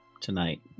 tonight